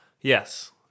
yes